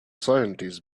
scientists